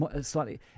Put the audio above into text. slightly